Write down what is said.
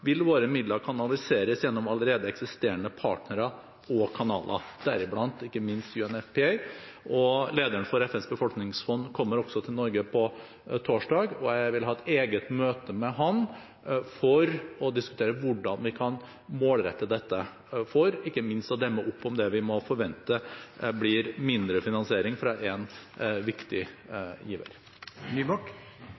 vil våre midler kanaliseres gjennom allerede eksisterende partnere og kanaler, deriblant ikke minst UNFPA. Lederen for FNs befolkningsfond kommer også til Norge på torsdag, og jeg vil ha et eget møte med ham for å diskutere hvordan vi kan målrette dette for ikke minst å demme opp mot det vi kan forvente blir mindre finansiering fra en viktig